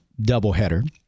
doubleheader